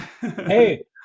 Hey